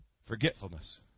Forgetfulness